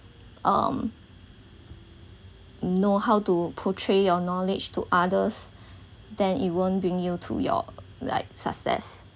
um know how to portray your knowledge to others then it won't bring you to your like success